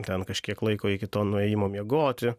ten kažkiek laiko iki to nuėjimo miegoti